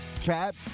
Cat